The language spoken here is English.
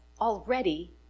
already